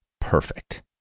Perfect